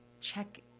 check